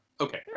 okay